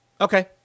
Okay